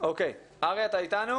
על סדר-היום: